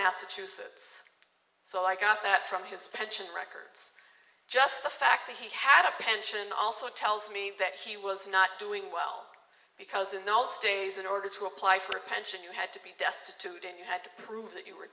massachusetts so i got that from his pension records just the fact that he had a pension also tells me that he was not doing well because in those days in order to apply for a pension you had to be destitute and you had to prove that you were